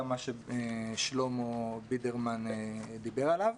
זה גם מה ששלמה בידרמן דיבר עליו.